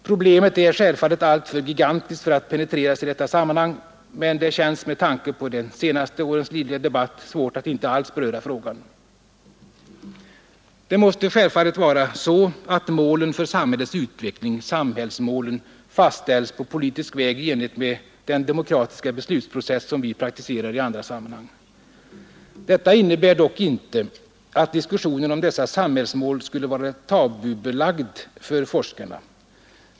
Problemet är självfallet alltför gigantiskt för att penetreras i detta sammanhang, men det känns med tanke på de senaste årens livliga debatt svårt att inte alls beröra frågan. Det måste självfallet vara så, att målen för samhällets utveckling — samhällsmålen — fastställs på politisk väg i enlighet med den demokratiska beslutsprocess som vi praktiserar i andra sammanhang. Detta innebär dock inte att diskussionen om dessa samhällsmål skall vara tabubelagd för forskarna.